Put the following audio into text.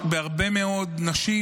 בהרבה מאות נשים,